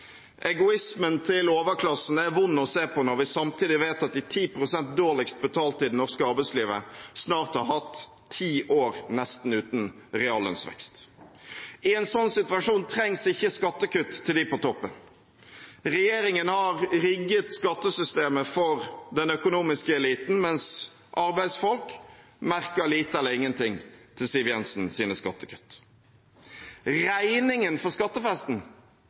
Egoismen til overklassen er vond å se på når vi samtidig vet at de 10 pst. dårligst betalte i det norske arbeidslivet snart har hatt ti år nesten uten reallønnsvekst. I en sånn situasjon trengs ikke skattekutt til dem på toppen. Regjeringen har rigget skattesystemet for den økonomiske eliten, mens arbeidsfolk merker lite eller ingenting til Siv Jensens skattekutt. Regningen for skattefesten